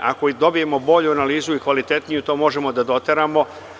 Ako i dobijemo bolju analizu, kvalitetniju, to možemo da doteramo.